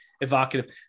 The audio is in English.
evocative